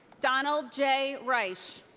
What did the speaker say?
donald j. reisch.